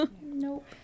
nope